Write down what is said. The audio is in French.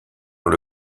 dans